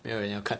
没有人要看